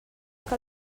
que